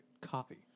coffee